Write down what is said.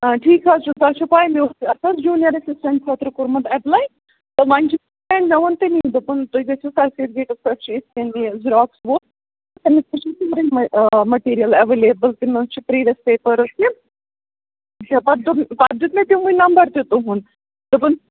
آ ٹھیٖک حظ چھُ تۄہہِ چھو پاے مےٚ اوس اَتھ حظ جوٗنیر ایٚسِسٹ خٲطرٕ کوٚرمُت ای۪پلاے تہٕ وۅنۍ چھو پاے مےٚ ووٚن تٔمی دوٚپُن نُہۍ گژھِو سر سید گیٹس پٮ۪ٹھ چھِ تتہِ یِتھ کٔنۍ یہِ زِراکٕس وول تٔمِس چھِ سُے مٹیٖریل ایویلیبٕل تِم حظ چھِ پرٛیٖویس پیپٲرٕس تہِ پَتہٕ دِیُت پَتہٕ دیُت مےٚ تِم وٕنۍ نمبر تہِ تُہُنٛد دوٚپُن